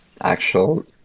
actual